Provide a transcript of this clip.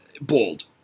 bold